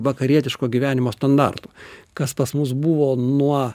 vakarietiško gyvenimo standartų kas pas mus buvo nuo